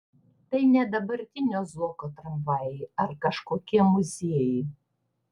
tai ne dabartinio zuoko tramvajai ar kažkokie muziejai